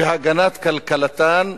והגנת כלכלתן,